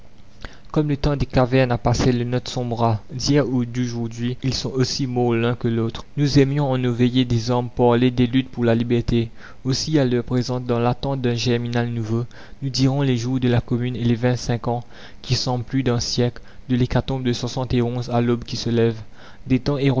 comme le temps des cavernes a passé le nôtre sombrera d'hier ou d'aujourd'hui ils sont aussi morts l'un que l'autre la commune nous aimions en nos veillées des armes parler des luttes pour la liberté aussi à l'heure présente dans l'attente d'un germinal nouveau nous dirons les jours de la commune et les vingt-cinq ans qui semblent plus d'un siècle de l'hécatombe de à l'aube qui se lève des temps